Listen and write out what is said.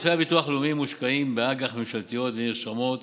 עודפי הביטוח הלאומי מושקעים באג"ח ממשלתיות ונרשמות